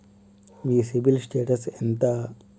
మీ CIBIL status ఎంత?